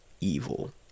evil